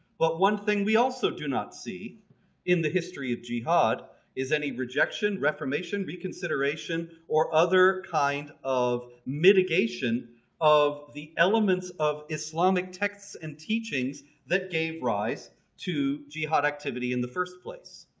but one thing we also do not see in the history of jihad is any rejection, reformation, reconsideration or other kind of mitigation of the elements of islamic texts and teachings that gave rise to jihad activity in the first place.